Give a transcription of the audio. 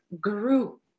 grew